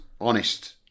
honest